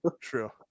True